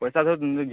ଚାଲ ନେଇଯିବା